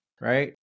Right